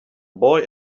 boy